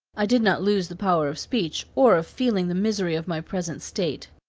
i did not lose the power of speech, or of feeling the misery of my present state.